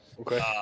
Okay